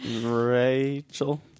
Rachel